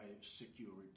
security